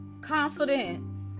Confidence